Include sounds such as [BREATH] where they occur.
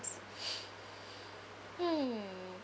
[BREATH] hmm